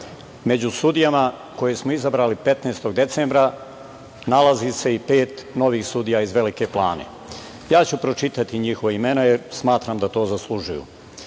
među sudijama koje smo izabrali 15. decembra nalazi se i pet novih sudija iz Velike Plane. Ja ću pročitati njihova imena, jer smatram da to zaslužuju. Prvi